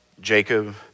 Jacob